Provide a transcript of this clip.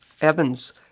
Evans